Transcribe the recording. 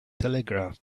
telegraph